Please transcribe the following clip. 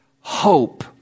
hope